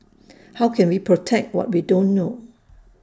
how can we protect what we don't know